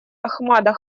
ахмада